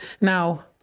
now